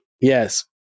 Yes